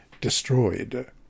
destroyed